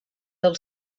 del